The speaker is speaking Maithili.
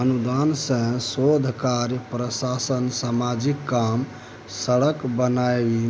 अनुदान सँ शोध कार्य, प्रकाशन, समाजिक काम, सड़क बनेनाइ